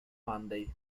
monday